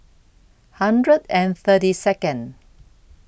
one hundred and thirty Second